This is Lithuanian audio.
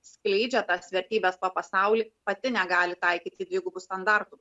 skleidžia tas vertybes pasaulyje pati negali taikyti dvigubų standartų